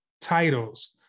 titles